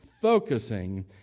focusing